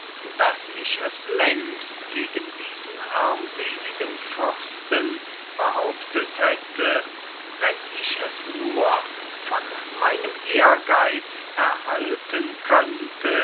daß ich es längst gegen diesen armseligen fürsten behauptet hätte wenn ich es nur von meinem ehrgeiz erhalten könnte